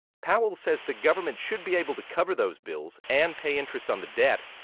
powell says the government should be able to cover those bills and pay interest on the debt.